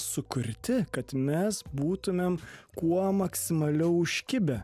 sukurti kad mes būtumėm kuo maksimaliau užkibę